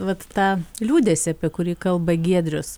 vat tą liūdesį apie kurį kalba giedrius